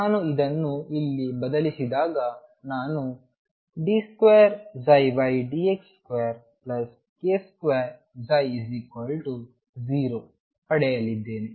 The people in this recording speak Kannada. ನಾನು ಇದನ್ನು ಇಲ್ಲಿ ಬದಲಿಸಿದಾಗ ನಾನು d2dx2k2ψ0ಪಡೆಯಲಿದ್ದೇನೆ